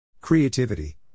Creativity